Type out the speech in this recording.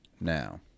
Now